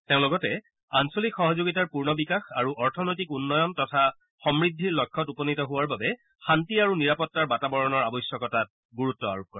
তেওঁ লগতে আঞ্চলিক সহযোগিতাৰ পূৰ্ণ বিকাশ আৰু অৰ্থনৈতিক উন্নয়ন তথা সমৃদ্ধিৰ লক্ষ্যত উপনীত হোৱাৰ বাবে শান্তি আৰু নিৰাপত্তাৰ বাতাবৰণৰ আৱশ্যকতাত গুৰুত্ব আৰোপ কৰে